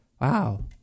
Wow